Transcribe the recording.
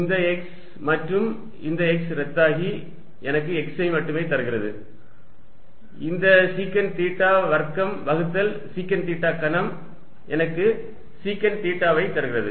இந்த x மற்றும் இந்த x ரத்தாகி எனக்கு x ஐ மட்டுமே தருகிறது இந்த சீக்கண்ட் தீட்டா வர்க்கம் வகுத்தல் சீக்கண்ட் தீட்டா கனம் எனக்கு சீக்கண்ட் தீட்டாவை தருகிறது